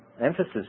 emphasis